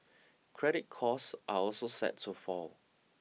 credit costs are also set to fall